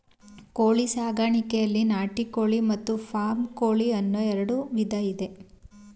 ಕೋಳಿ ಸಾಕಾಣಿಕೆಯಲ್ಲಿ ನಾಟಿ ಕೋಳಿ ಮತ್ತು ಫಾರಂ ಕೋಳಿ ಅನ್ನೂ ಎರಡು ವಿಧ ಇದೆ